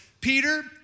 Peter